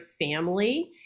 family